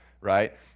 right